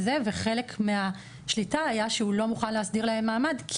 וחלק מהשליטה היה שהוא לא מוכן להסדיר להן מעמד,